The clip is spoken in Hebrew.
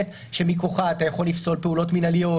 שמכוחה אתה יכול לפסול פעולות מינהליות